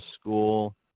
school –